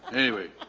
anyway